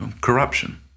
corruption